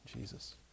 Jesus